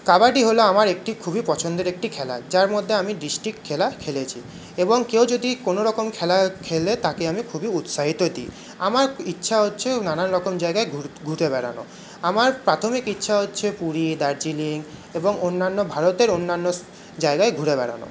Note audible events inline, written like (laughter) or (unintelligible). কাবাডি হলো আমার একটি খুবই পছন্দের একটি খেলা যার মধ্যে আমি ডিস্ট্রিক্ট খেলা খেলেছি এবং কেউ যদি কোনো রকম খেলা খেলে তাকে আমি খুবই উৎসাহ দিই আমার ইচ্ছা হচ্ছে নানান রকম জায়গায় (unintelligible) ঘুরে বেড়ানো আমার প্রাথমিক ইচ্ছা হচ্ছে পুরী দার্জিলিং এবং অন্যান্য ভারতের অন্যান্য জায়গায় ঘুরে বেড়ানো